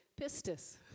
pistis